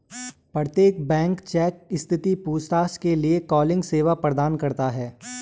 प्रत्येक bank check स्थिति पूछताछ के लिए कॉलिंग सेवा प्रदान करता हैं